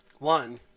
One